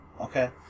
Okay